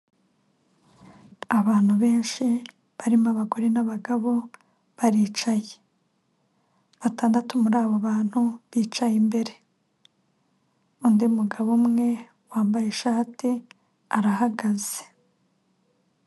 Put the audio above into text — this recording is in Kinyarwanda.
Abantu benshi barimo abagore n'abagabo baricaye batandatu muri abo bantu bicaye imbere, undi mugabo umwe wambaye ishati arahagaze.